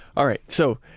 all right. so,